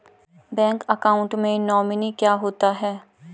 Bank account में nominee क्या होता है?